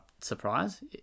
surprise